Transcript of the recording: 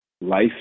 life